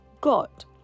God